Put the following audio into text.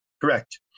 correct